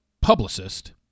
publicist